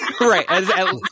right